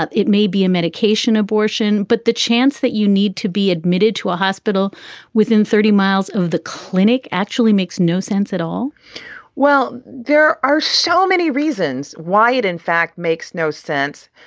ah it may be a medication abortion, but the chance that you need to be admitted to a hospital within thirty miles of the clinic actually makes no sense at all well, there are so many reasons why it, in fact, makes no sense,